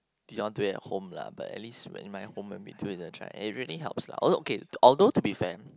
we all do it at home lah but at least when in my home a bit and it really helps lah although okay although to be fair